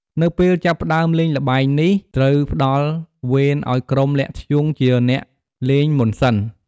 នៅពេលចាប់ផ្ដើមលេងល្បែងនេះ ត្រូវផ្ដល់វេនឲ្យក្រុមលាក់ធ្យូងជាអ្នកលេងមុនសិន។